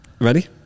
Ready